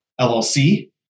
LLC